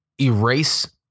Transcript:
erase